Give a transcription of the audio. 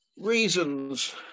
reasons